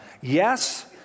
Yes